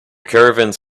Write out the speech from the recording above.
caravans